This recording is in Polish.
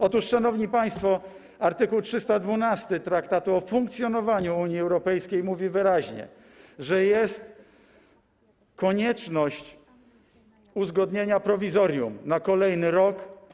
Otóż, szanowni państwo, art. 312 Traktatu o funkcjonowaniu Unii Europejskiej mówi wyraźnie, że jest konieczność uzgodnienia prowizorium na kolejny rok.